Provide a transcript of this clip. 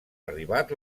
arribat